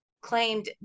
claimed